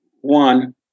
one